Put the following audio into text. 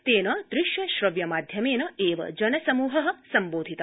तेन दृश्य श्रव्यमाध्यमेन एव जनसमृह सम्बोधित